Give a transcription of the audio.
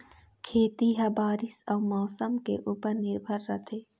खेती ह बारीस अऊ मौसम के ऊपर निर्भर रथे